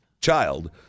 child